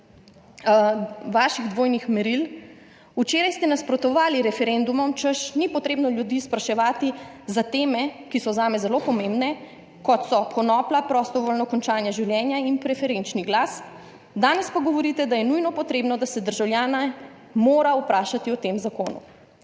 Včeraj ste nasprotovali referendumom, češ ni treba ljudi spraševati o temah, ki so zame zelo pomembne, kot so konoplja, prostovoljno končanje življenja in preferenčni glas, danes pa govorite, da je nujno potrebno, da se državljane mora vprašati o tem zakonu.